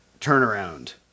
turnaround